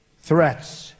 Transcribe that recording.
threats